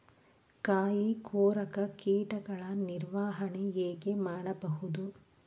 ಕಾಯಿ ಕೊರಕ ಕೀಟಗಳ ನಿರ್ವಹಣೆ ಹೇಗೆ ಮಾಡಬಹುದು?